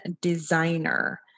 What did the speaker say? Designer